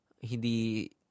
Hindi